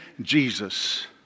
Jesus